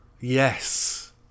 Yes